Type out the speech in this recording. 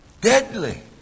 deadly